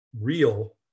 real